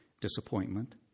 disappointment